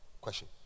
question